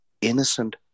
innocent